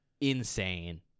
insane